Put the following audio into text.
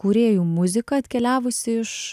kūrėjų muzika atkeliavusi iš